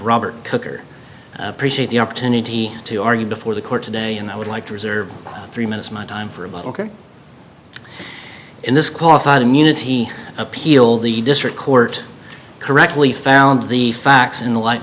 robert kooker appreciate the opportunity to argue before the court today and i would like to reserve three minutes my time for about ok in this qualified immunity appeal the district court correctly found the facts in the light